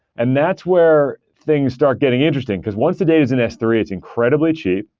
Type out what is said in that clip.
and that's where things start getting interesting, because once the data is in s three, it's incredibly cheap,